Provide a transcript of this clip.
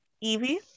evie